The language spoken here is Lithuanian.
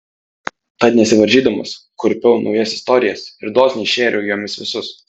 tad nesivaržydamas kurpiau naujas istorijas ir dosniai šėriau jomis visus